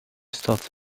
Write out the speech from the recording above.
stad